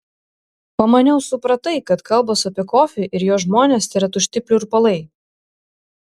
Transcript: pamaniau supratai kad kalbos apie kofį ir jo žmones tėra tušti pliurpalai